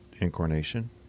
incarnation